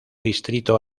distrito